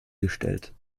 gestellt